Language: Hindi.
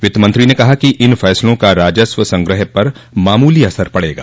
वित्त मंत्री ने कहा कि इन फैसलों का राजस्व संग्रह पर मामूली असर पड़ेगा